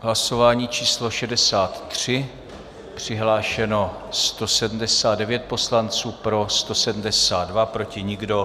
Hlasování číslo 63, přihlášeno 179 poslanců, pro 172, proti nikdo.